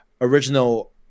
original